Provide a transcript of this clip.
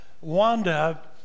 Wanda